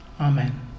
Amen